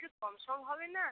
একটু কম সম হবে না